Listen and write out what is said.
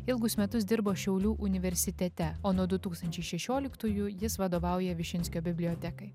ilgus metus dirbo šiaulių universitete o nuo du tūkstančiai šešioliktųjų jis vadovauja višinskio bibliotekai